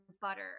butter